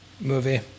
Movie